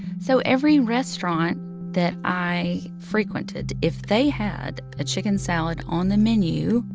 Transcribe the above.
so every restaurant that i frequented, if they had a chicken salad on the menu,